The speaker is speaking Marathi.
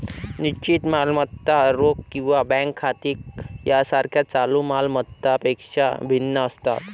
निश्चित मालमत्ता रोख किंवा बँक खाती यासारख्या चालू माल मत्तांपेक्षा भिन्न असतात